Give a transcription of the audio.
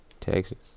Texas